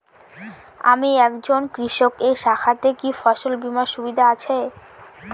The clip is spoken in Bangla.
আমি একজন কৃষক এই শাখাতে কি ফসল বীমার সুবিধা আছে?